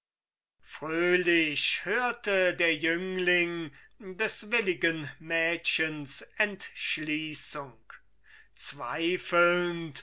fröhlich hörte der jüngling des willigen mädchens entschließung zweifelnd